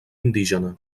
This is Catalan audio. indígena